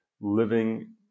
living